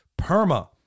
PERMA